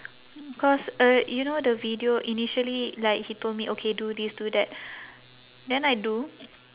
because uh you know the video initially like he told me okay do this do that then I do